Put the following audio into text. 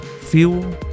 fuel